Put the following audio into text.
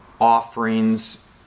offerings